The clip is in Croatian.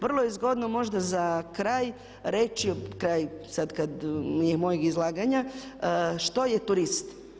Vrlo je zgodno možda za kraj reći, kraj sad mojeg izlaganja, što je turist?